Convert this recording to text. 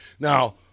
Now